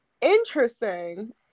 interesting